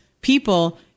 people